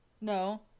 No